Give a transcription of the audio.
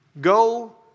Go